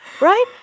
Right